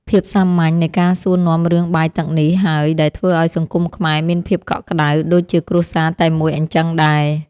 ភាពសាមញ្ញនៃការសួរនាំរឿងបាយទឹកនេះហើយដែលធ្វើឱ្យសង្គមខ្មែរមានភាពកក់ក្តៅដូចជាគ្រួសារតែមួយអញ្ចឹងដែរ។